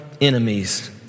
enemies